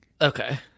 Okay